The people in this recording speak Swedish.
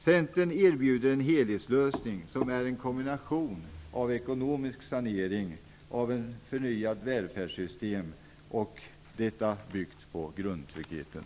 Centern erbjuder en helhetslösning som är en kombination av ekonomisk sanering och ett förnyat välfärdssystem, byggt på grundtryggheten.